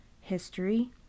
history